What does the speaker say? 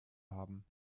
haben